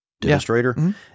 Demonstrator